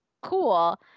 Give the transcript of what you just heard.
Cool